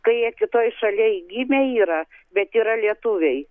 kai jie kitoj šalyje gimę yra bet yra lietuviai